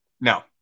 no